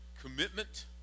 commitment